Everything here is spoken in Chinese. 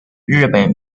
日本